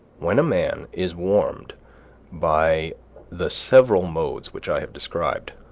when a man is warmed by the several modes which i have described,